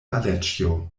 aleĉjo